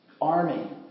army